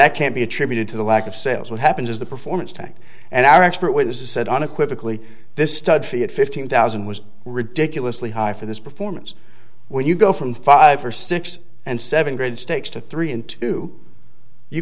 that can be attributed to the lack of sales what happens is the performance tanked and our expert witnesses said unequivocally this stud fee at fifteen thousand was ridiculously high for this performance where you go from five or six and seven grid stakes to three and two you